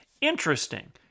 Interesting